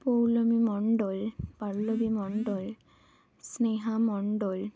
Poulami Mondal Pallavi Mondal Sneha Mondal